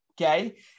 Okay